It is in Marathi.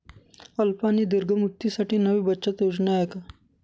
अल्प आणि दीर्घ मुदतीसाठी नवी बचत योजना काय आहे?